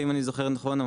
ואם אני זוכר נכון,